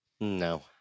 No